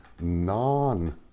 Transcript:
non-